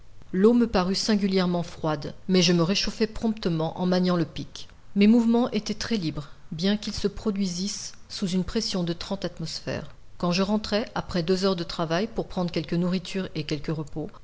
me parut singulièrement froide mais je me réchauffai promptement en maniant le pic mes mouvements étaient très libres bien qu'ils se produisissent sous une pression de trente atmosphères quand je rentrai après deux heures de travail pour prendre quelque nourriture et quelque repos